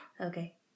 Okay